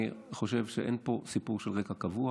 אני חושב שאין פה סיפור של רקע קבוע.